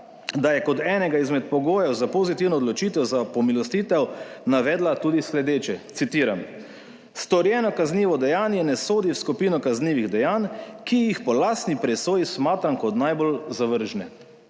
da je kot enega izmed pogojev za pozitivno odločitev za pomilostitev navedla tudi sledeče, citiram: »Storjeno kaznivo dejanje ne sodi v skupino kaznivih dejanj, ki jih po lastni presoji smatram kot najbolj zavržne.«,